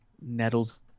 Nettles